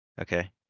Okay